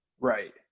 Right